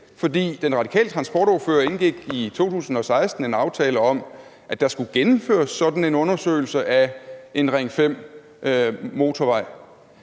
fordi den radikale transportordfører indgik i 2016 en aftale om, at der skulle gennemføres sådan en undersøgelse af en Ring 5-motorvej.